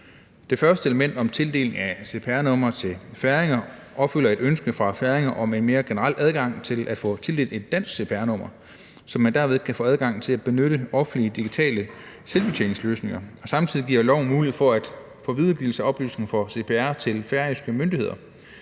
Det første element om tildeling af cpr-numre til færinger opfylder et ønske fra færinger om en mere generel adgang til at få tildelt et dansk cpr-nummer, så man derved kan få adgang til at benytte offentlige digitale selvbetjeningsløsninger. Samtidig giver loven mulighed for videregivelse af oplysninger fra CPR til færøske myndigheder.